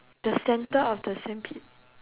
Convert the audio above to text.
the center of the sandpit